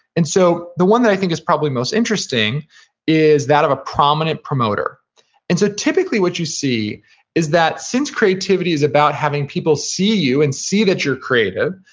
and so the one that i think is probably most interesting is that of a prominent promoter typically, what you see is that since creativity is about having people see you, and see that you're creative,